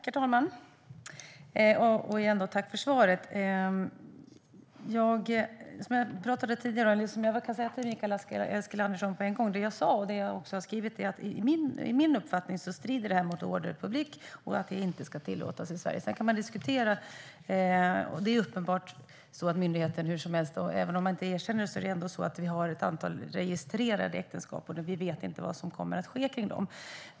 Herr talman! Tack för svaret, ministern! Jag kan säga till Mikael Eskilandersson på en gång att enligt min uppfattning, som jag har både sagt och skrivit, strider detta mot ordre public, och det ska inte tillåtas i Sverige. Sedan kan man diskutera detta. Även om myndigheten inte erkänner det har vi uppenbarligen ett antal registrerade äktenskap där vi inte vet vad som kommer att ske.